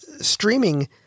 streaming